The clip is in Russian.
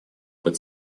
под